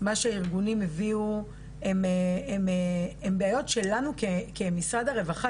מה שהארגונים הביאו הם בעיות שלנו כמשרד הרווחה,